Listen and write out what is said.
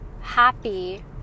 happy